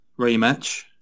rematch